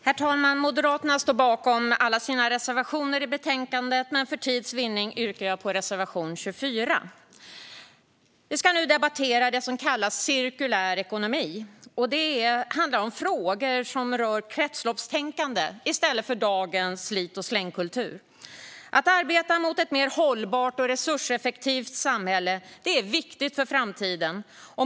Herr talman! Moderaterna står bakom alla sina reservationer i betänkandet, men för tids vinnande yrkar jag bifall till reservation 24. Vi ska nu debattera det som kallas cirkulär ekonomi. Det är frågor som rör kretsloppstänkande i stället för dagens slit-och släng-kultur. Att arbeta mot ett mer hållbart och resurseffektivt samhälle är viktigt för framtiden.